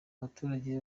abaturage